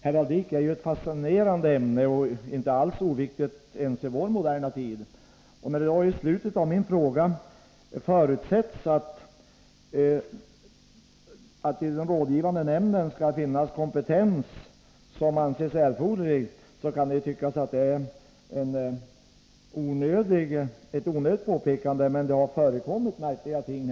Heraldik är ju ett fascinerande ämne, som inte alls är oviktigt ens i vår moderna tid. I slutet av min fråga förutsätter jag att det i den rådgivande nämnden skall finnas den kompetens som anses vara erforderlig. Det kan synas vara ett onödigt påpekande. Men det har förekommit märkliga ting.